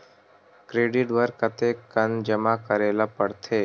Credit बर कतेकन जमा करे ल पड़थे?